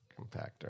compactor